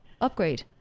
upgrade